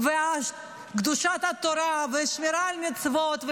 קדושת התורה ושמירה על מצוות,